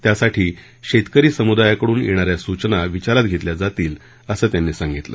त्यासाठी शेतकरी समुदायाकडून येणाऱ्या सूचना विचारात घेतल्या जातील असं त्यांनी सांगितलं